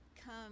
come